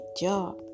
job